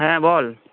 হ্যাঁ বল